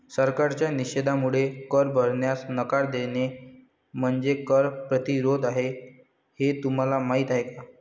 सरकारच्या निषेधामुळे कर भरण्यास नकार देणे म्हणजे कर प्रतिरोध आहे हे तुम्हाला माहीत आहे का